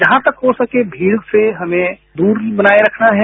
जहां तक हो सके भीड़ से हमें दूरी बनाए रखना है